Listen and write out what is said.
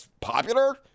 popular